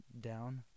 down